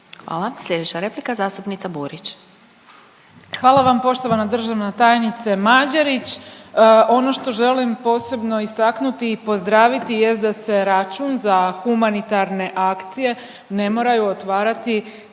Slijedeća replika, zastupnik Ivanović.